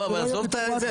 עזוב את ההבדל.